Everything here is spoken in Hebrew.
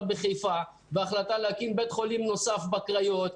בחיפה יחד עם ההחלטה להקים בית חולים נוסף בקריות,